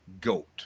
Goat